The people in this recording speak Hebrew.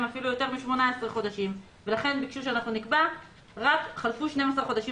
אפילו יותר מ-18 חודשים לכן ביקשו שנקבעו רק "חלפו 12 חודשים